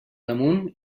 damunt